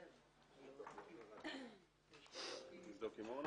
נמצאת כאן.